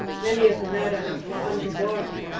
many of the meadows were under water,